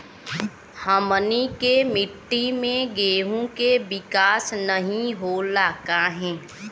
हमनी के मिट्टी में गेहूँ के विकास नहीं होला काहे?